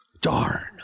Darn